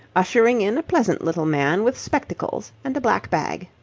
ushering in a pleasant little man with spectacles and black bag.